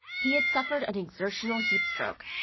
he had suffered an exertional heat stroke.